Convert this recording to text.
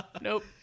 Nope